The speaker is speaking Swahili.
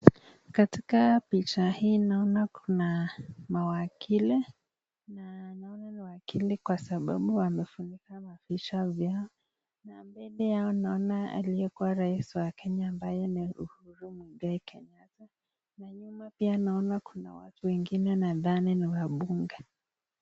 Katia picha hii naona kuna mawakili na naona ni wakili kwa sababu wamefunika vichwa vyao na mbele yao naona aliyekuwa rais wa Kenya ambaye ni Uhuru Muigai Kenyatta na nyuma pia naona kuna watu wengine nadhani ni wabunge .